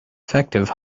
defective